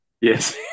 Yes